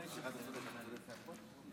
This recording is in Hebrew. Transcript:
תודה רבה.